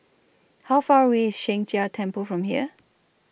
How Far away IS Sheng Jia Temple from here